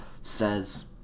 says